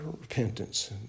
repentance